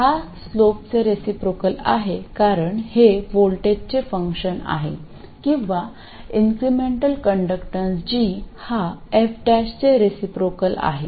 तर हा स्लोपचे रिसिप्रोकल आहे कारण हे व्होल्टेजचे फंक्शन आहे किंवा इन्क्रिमेंटल कंडक्टन्स g हा f चे रिसिप्रोकल आहे